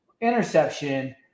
interception